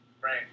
Right